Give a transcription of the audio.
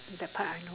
that part I know